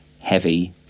heavy